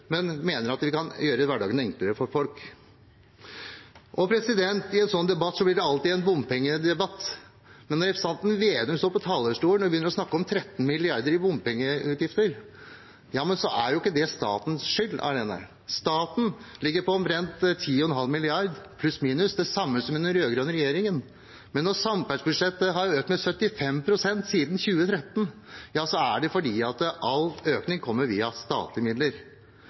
men mener at vi kan gjøre hverdagen enklere for folk. I en sånn debatt blir det alltid en bompengedebatt. Representanten Slagsvold Vedum sto på talerstolen og snakket om 13 mrd. kr i bompengeutgifter. Det er ikke statens skyld alene. Staten ligger på omtrent 10,5 mrd. kr pluss minus, det samme som under den rød-grønne regjeringen. Men når samferdselsbudsjettet har økt med 75 pst. siden 2013, er det fordi all økning kommer via statlige midler.